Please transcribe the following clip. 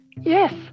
yes